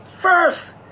first